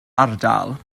ardal